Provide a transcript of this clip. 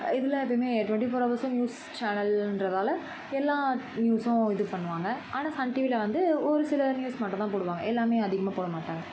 இதில் எப்பயுமே twenty four ஹவர்ஸும் நியூஸ் சேனல்ன்றதால எல்லாம் நியூஸும் இது பண்ணுவாங்கள் ஆனால் சன்டிவியில வந்து ஒரு சில நியூஸ் மட்டும் தான் போடுவாங்கள் எல்லாமே அதிகமாக போடமாட்டாங்கள்